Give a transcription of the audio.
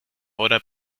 obra